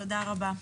תודה רבה.